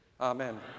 Amen